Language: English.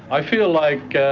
i feel like